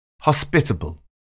hospitable